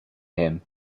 him